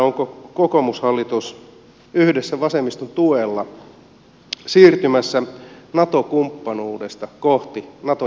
onko kokoomushallitus yhdessä vasemmiston tuella siirtymässä nato kumppanuudesta kohti nato jäsenyyttä